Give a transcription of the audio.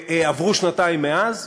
עברו שנתיים מאז,